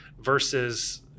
versus